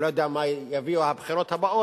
אני לא יודע מה יביאו הבחירות הבאות,